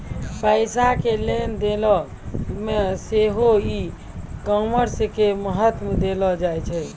पैसा के लेन देनो मे सेहो ई कामर्स के महत्त्व देलो जाय छै